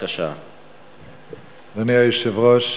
אדוני היושב-ראש,